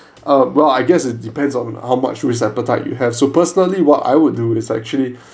hmm well I guess it depends on how much risk appetite you have so personally what I would do is actually